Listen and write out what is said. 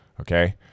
Okay